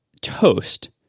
toast